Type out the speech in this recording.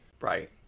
right